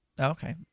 Okay